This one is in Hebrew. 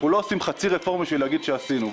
אנחנו לא עושים חצי רפורמה בשביל להגיד שעשינו,